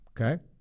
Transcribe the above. Okay